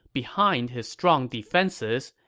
behind his strong defenses,